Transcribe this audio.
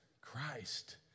Christ